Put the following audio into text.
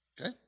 Okay